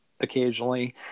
occasionally